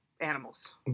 animals